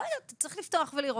לא יודעת, צריך לפתוח ולראות